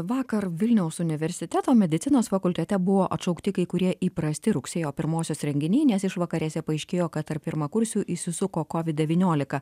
vakar vilniaus universiteto medicinos fakultete buvo atšaukti kai kurie įprasti rugsėjo pirmosios renginiai nes išvakarėse paaiškėjo kad tarp pirmakursių įsisuko kovid devyniolika